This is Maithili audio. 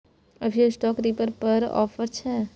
अभी स्ट्रॉ रीपर पर की ऑफर छै?